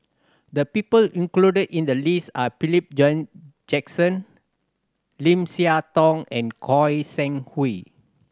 the people included in the list are Philip Jackson Lim Siah Tong and Goi Seng Hui